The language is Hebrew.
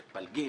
מתפלגים.